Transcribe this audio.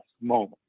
moment